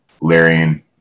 Larian